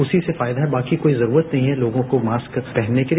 उसी से फायदा है बाकी कोई जरूरत नहीं है लोगों को मास्क पहनने के लिए